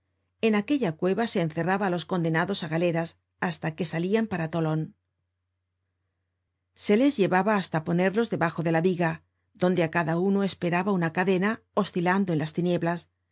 en aquella cueva se encerraba á los condenados á galeras hasta que salían para tolon se les llevaba hasta ponerlos debajo de la viga donde á cada uno esperaba una cadena oscilando en las tinieblas